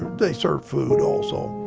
they served food also.